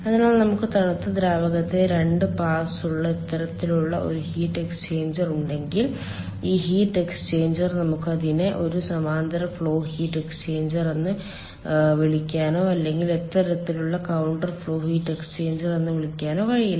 അതിനാൽ നമുക്ക് തണുത്ത ദ്രാവകത്തിന് 2 പാസ് ഉള്ള ഇത്തരത്തിലുള്ള ഒരു ഹീറ്റ് എക്സ്ചേഞ്ചർ ഉണ്ടെങ്കിൽ ഈ ഹീറ്റ് എക്സ്ചേഞ്ചർ നമുക്ക് അതിനെ ഒരു സമാന്തര ഫ്ലോ ഹീറ്റ് എക്സ്ചേഞ്ചർ എന്ന് വിളിക്കാനോ അല്ലെങ്കിൽ ഇത്തരത്തിലുള്ള കൌണ്ടർ ഫ്ലോ ഹീറ്റ് എക്സ്ചേഞ്ചർ എന്ന് വിളിക്കാനോ കഴിയില്ല